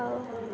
ହଉ